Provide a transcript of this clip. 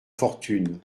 fortunes